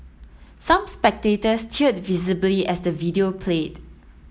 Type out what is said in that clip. some spectators teared visibly as the video played